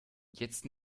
jetzt